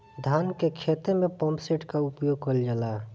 धान के ख़हेते में पम्पसेट का उपयोग कइल जाला?